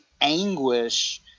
anguish